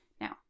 Now